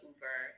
Uber